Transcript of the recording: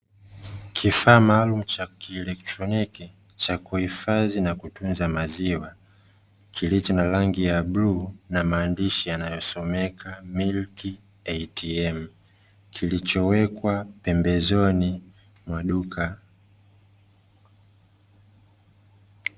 Kifaa maalumu cha kieletroniki cha kuhifadhi na kutunza maziwa kilicho na rangi ya bluu na maandishi yanayosomeka ''milk ATM'' kilichowekwa pembezoni mwa duka.